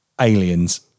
aliens